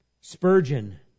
Spurgeon